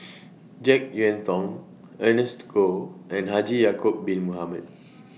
Jek Yeun Thong Ernest Goh and Haji Ya'Acob Bin Mohamed